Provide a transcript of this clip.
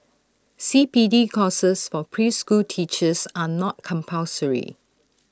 C P D courses for preschool teachers are not compulsory